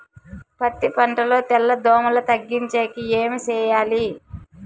పత్తి పంటలో తెల్ల దోమల తగ్గించేకి ఏమి చేయాలి?